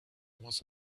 was